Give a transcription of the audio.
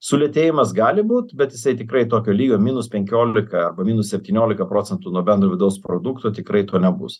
sulėtėjimas gali būt bet jisai tikrai tokio lygio minus penkiolika arba minus septyniolika procentų nuo bendro vidaus produkto tikrai to nebus